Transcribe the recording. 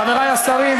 חברי השרים,